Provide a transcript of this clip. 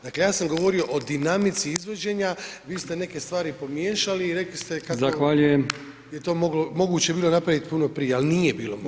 Dakle ja sam govorimo o dinamici izvođenja, vi ste neke stvari pomiješali i rekli ste i kad je to moguće bilo napraviti puno prije ali nije bilo moguće.